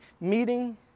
meeting